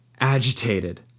agitated